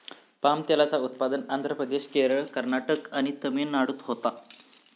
palm तेलाचा उत्पादन आंध्र प्रदेश, केरळ, कर्नाटक आणि तमिळनाडूत होता